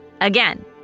again